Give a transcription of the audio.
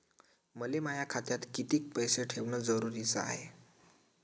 मले माया खात्यात कितीक पैसे ठेवण जरुरीच हाय?